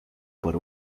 por